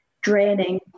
draining